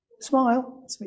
Smile